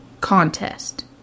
Contest